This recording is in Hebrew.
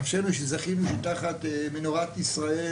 אשרינו שזכינו וכי תחת מנורת ישראל